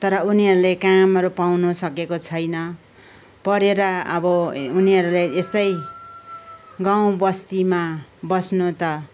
तर उनीहरूले कामहरू पाउँनु सकेको छैन पढेर अब उनीहरूले यसै गाउँ बस्तिमा बस्नु त